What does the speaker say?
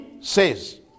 says